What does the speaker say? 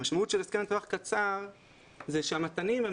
המשמעות של הסכם לטווח קצר היא שהמתנים הם